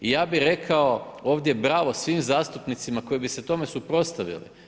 I ja bih rekao ovdje bravo svim zastupnicima koji bi se tome suprotstavili.